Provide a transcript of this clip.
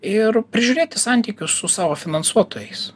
ir prižiūrėti santykius su savo finansuotojais